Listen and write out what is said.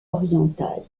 orientable